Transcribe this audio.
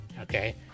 okay